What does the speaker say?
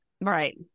Right